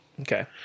Okay